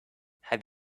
have